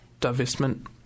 divestment